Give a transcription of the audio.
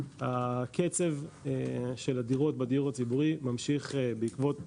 הקצב של הדירות בדיור הציבורי ממשיך לרדת בעקבות